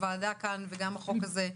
הוועדה וגם החוק הזה,